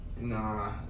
nah